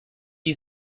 you